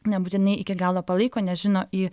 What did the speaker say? nebūtinai iki galo palaiko nežino į